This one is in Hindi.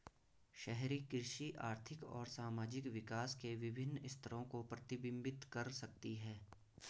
शहरी कृषि आर्थिक और सामाजिक विकास के विभिन्न स्तरों को प्रतिबिंबित कर सकती है